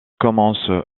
commence